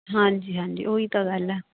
ਹਾਂਜੀ ਹਾਂਜੀ ਉਹੀ ਤਾਂ ਗੱਲ ਆ